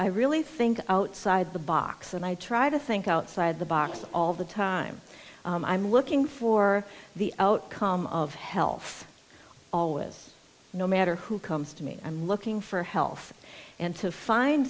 i really think outside the box and i try to think outside the box all the time i'm looking for the outcome of health all with no matter who comes to me i'm looking for health and to find